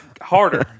harder